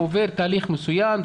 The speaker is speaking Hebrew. הוא עובר תהליך מסוים,